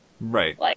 Right